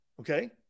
okay